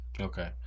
Okay